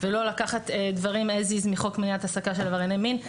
ולא לקחת דברים כפי שהם מחוק מניעת העסקת עברייני מין.